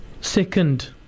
second